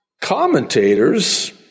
commentators